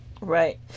right